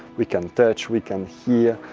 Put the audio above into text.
we can touch, we can hear,